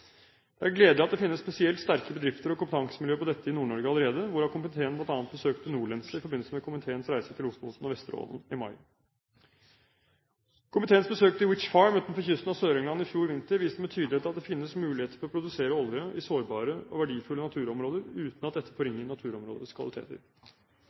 Det er gledelig at det finnes spesielt sterke bedrifter og kompetansemiljøer på dette i Nord-Norge allerede, hvorav komiteen blant annet besøkte NorLense i forbindelse med komiteens reise til Lofoten og Vesterålen i mai. Komiteens besøk til Wytch Farm utenfor kysten av Sør-England i fjor vinter viste med tydelighet at det finnes muligheter for å produsere olje i sårbare og verdifulle naturområder uten at dette